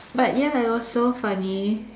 but ya it was so funny